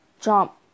jump